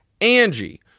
Angie